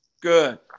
Good